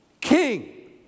king